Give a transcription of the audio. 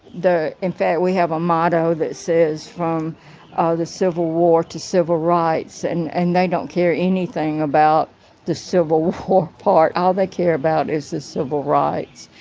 in fact, we have a motto that says from ah the civil war to civil rights. and and they don't care anything about the civil war part. all they care about is the civil rights.